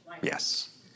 Yes